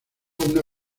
una